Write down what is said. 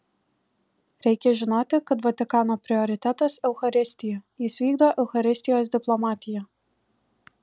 reikia žinoti kad vatikano prioritetas eucharistija jis vykdo eucharistijos diplomatiją